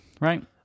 right